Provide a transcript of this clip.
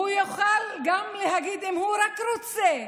והוא יוכל גם להגיד, אם הוא רק רוצה,